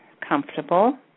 comfortable